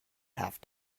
have